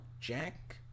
Jack